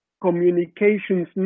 communications